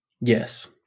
Yes